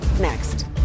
next